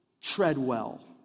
Treadwell